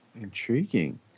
Intriguing